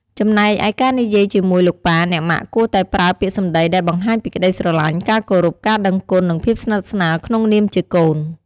ចំំណែកឯការនិយាយជាមួយ លោកប៉ា អ្នកម៉ាក់ គួរតែប្រើពាក្យសម្ដីដែលបង្ហាញពីក្ដីស្រឡាញ់ ការគោរព ការដឹងគុណ និងភាពស្និទ្ធស្នាលក្នុងនាមជាកូន។